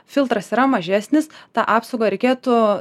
filtras yra mažesnis tą apsaugą reikėtų